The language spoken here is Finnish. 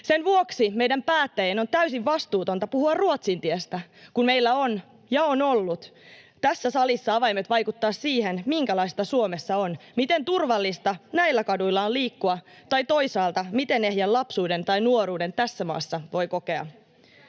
Sen vuoksi meidän päättäjien on täysin vastuutonta puhua Ruotsin tiestä, kun meillä on, ja on ollut, tässä salissa avaimet vaikuttaa siihen, minkälaista Suomessa on, miten turvallista näillä kaduilla on liikkua, tai toisaalta, miten ehjän lapsuuden tai nuoruuden tässä maassa voi kokea.